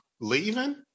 leaving